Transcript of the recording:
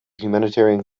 humanitarian